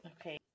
Okay